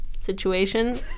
Situation